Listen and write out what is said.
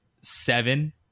seven